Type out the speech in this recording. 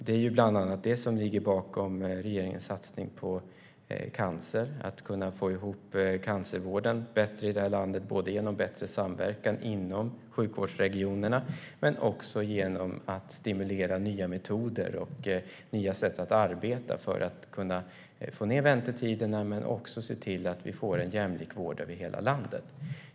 Det är bland annat detta som ligger bakom regeringens satsning på cancervård och att man ska kunna få ihop cancervården bättre i detta land, både genom bättre samverkan inom sjukvårdsregionerna och genom att stimulera nya metoder och nya sätt att arbeta för att kunna få ned väntetiderna och för att se till att vi får en jämlik vård över hela landet.